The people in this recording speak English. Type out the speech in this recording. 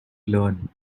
learn